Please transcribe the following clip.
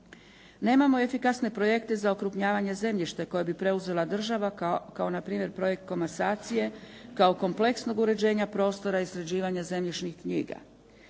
Nemamo efikasne projekte za okrupnjavanje zemljišta koje bi preuzela država kao na primjer projekt komasacije kao kompleksnog uređenja prostora i sređivanja zemljišnih knjiga.